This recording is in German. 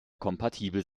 kompatibel